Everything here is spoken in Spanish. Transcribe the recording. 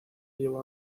llevó